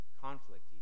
conflict